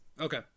Okay